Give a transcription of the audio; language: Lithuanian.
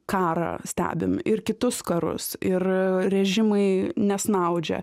karą stebim ir kitus karus ir režimai nesnaudžia